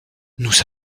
nous